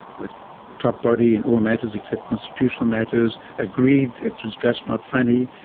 the top body in all matters except constitutional matters, agreed it was just not funny.